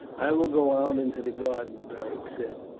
i will go out into the garden, beric said.